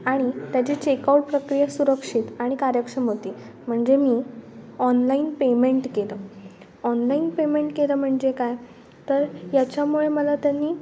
आणि त्याचे चेकआउट प्रक्रिया सुरक्षित आणि कार्यक्षम होती म्हणजे मी ऑनलाईन पेमेंट केलं ऑनलाईन पेमेंट केलं म्हणजे काय तर याच्यामुळे मला त्यांनी